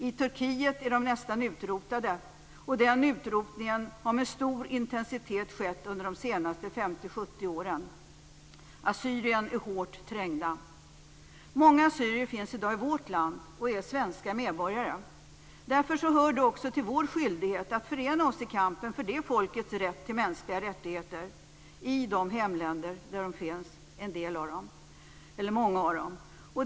I Turkiet är de nästan utrotade. Den utrotningen har med stor intensitet skett under de senaste 50-70 åren. Assyrierna är hårt trängda. Många assyrier finns i dag i vårt land och är svenska medborgare. Därför hör det också till vår skyldighet att förena oss i kampen för det folkets rätt till mänskliga rättigheter i de hemländer där många av dem finns.